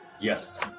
Yes